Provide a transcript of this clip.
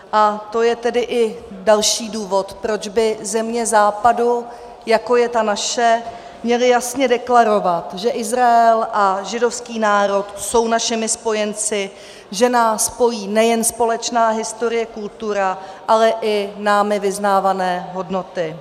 A to je tedy i další důvod, proč by země Západu, jako je ta naše, měly jasně deklarovat, že Izrael a židovský národ jsou našimi spojenci, že nás pojí nejen společná historie, kultura, ale i námi vyznávané hodnoty.